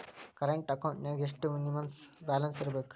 Current ಅಕೌಂಟೆಂನ್ಯಾಗ ಎಷ್ಟ minimum balance ಇರ್ಬೇಕು?